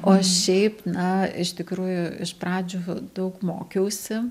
o šiaip na iš tikrųjų iš pradžių daug mokiausi